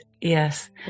yes